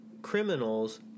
criminals